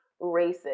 racist